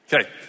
Okay